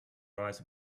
rise